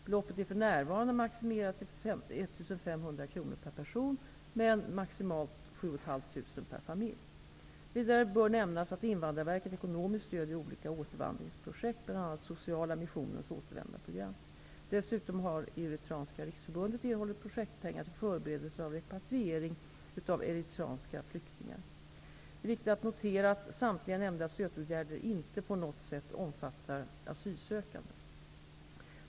Beloppet är för närvarande maximerat till 1 500 kr per person, men maximalt 7 500 kr per familj. Vidare bör nämnas att Invandrarverket ekonomiskt stöder olika återvandringsprojekt, bl.a. Sociala Missionens återvändarprogram. Dessutom har Eritreanska Riksförbundet erhållit projektpengar till förberedelse av repatriering av eritreanska flyktingar. Det är viktigt att notera att samtliga stödåtgärder inte på något sätt omfattar asylsökande.